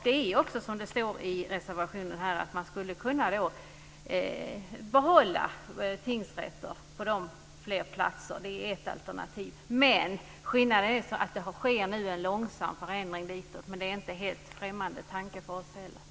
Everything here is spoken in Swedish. Det är också så att man, som det står i reservationen, skulle kunna behålla tingsrätter på fler platser. Det är ett alternativ. Skillnaden är att det nu sker en långsam förändring. Det är en inte helt främmande tanke för oss heller.